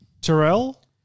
Terrell